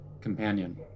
companion